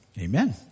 amen